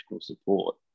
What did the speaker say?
support